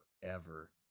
forever